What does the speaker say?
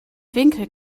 winkel